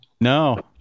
No